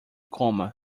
coma